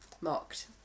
Mocked